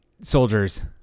soldiers